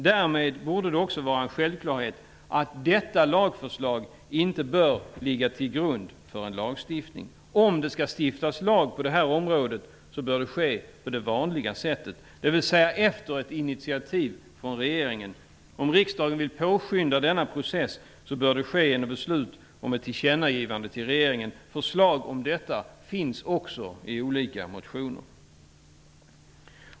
Därmed borde det också vara en självklarhet att detta lagförslag inte bör ligga till grund för en lagstiftning. Om det skall stiftas en lag på det här området bör det ske på det vanliga sättet, dvs. efter ett initiativ från regeringen. Om riksdagen vill påskynda denna process bör det ske genom beslut om ett tillkännagivande till regeringen. Förslag om detta finns också i olika motioner.